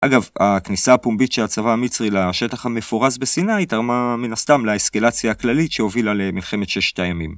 אגב, הכניסה הפומבית של הצבא המצרי לשטח המפורז בסיני תרמה מן הסתם לאסקלציה הכללית שהובילה למלחמת ששת הימים.